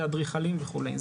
אדריכלים וכולי.